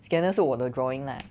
scanner 是我的 drawing lah